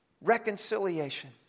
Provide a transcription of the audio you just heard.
reconciliation